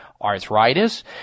arthritis